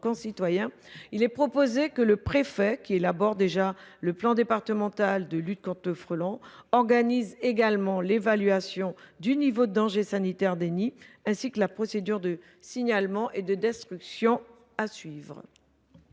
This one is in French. nous proposons que le préfet, qui élabore déjà le plan départemental de lutte contre le frelon asiatique, organise également l’évaluation du niveau de danger sanitaire des nids ainsi que la procédure de signalement et de destruction à suivre.